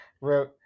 wrote